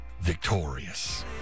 victorious